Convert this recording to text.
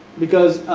because